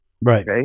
right